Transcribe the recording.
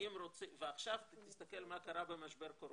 עכשיו תסתכל מה קרה במשבר הקורונה.